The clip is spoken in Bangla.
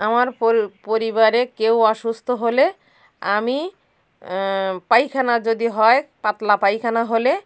আমার পরিবারে কেউ অসুস্থ হলে আমি পায়খানা যদি হয় পাতলা পায়খানা হলে